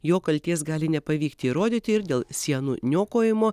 jo kaltės gali nepavykti įrodyti ir dėl sienų niokojimo